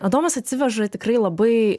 adomas atsiveža tikrai labai